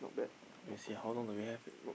let me see how long do we have